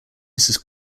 mrs